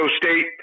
State